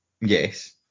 Yes